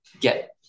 get